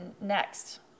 next